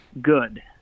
Good